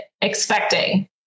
expecting